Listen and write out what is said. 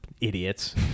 idiots